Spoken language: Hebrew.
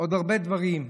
עוד הרבה דברים.